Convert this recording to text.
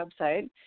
website